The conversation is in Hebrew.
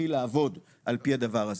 והתחיל לעבוד על פי הדבר הזה.